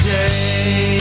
day